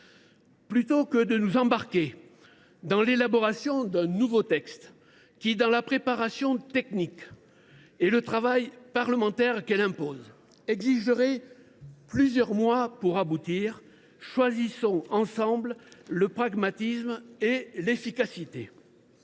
plutôt que de nous embarquer dans l’élaboration d’un nouveau texte, qui, en raison de la préparation technique et du travail parlementaire qu’elle impose, exigerait un délai de plusieurs mois, nous devons choisir, ensemble, le pragmatisme et l’efficacité.